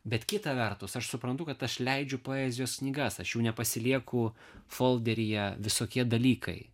bet kita vertus aš suprantu kad aš leidžiu poezijos knygas aš jų nepasilieku folderyje visokie dalykai